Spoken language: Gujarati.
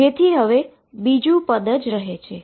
તેથી બીજુ ટર્મ રહે છે